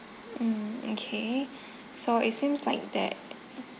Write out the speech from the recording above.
mm okay so it seems like that